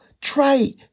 try